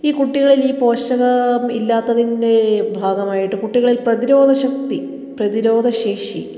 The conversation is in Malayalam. ഈ കുട്ടികളിൽ ഈ പോഷകം ഇല്ലാത്തതിൻ്റെ ഭാഗമായിട്ട് കുട്ടികളിൽ പ്രതിരോധ ശക്തി പ്രതിരോധ ശേഷി